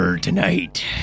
tonight